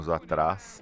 atrás